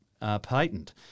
patent